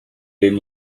ven